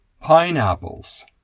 pineapples